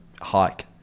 hike